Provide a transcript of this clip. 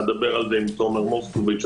אדבר על זה עם תומר מוסקוביץ',